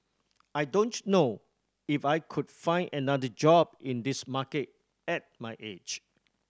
I don't know if I could find another job in this market at my age